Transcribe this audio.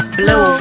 blow